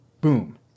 Boom